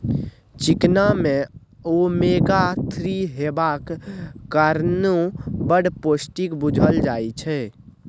चिकना मे omega three हेबाक कारणेँ बड़ पौष्टिक बुझल जाइ छै